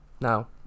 now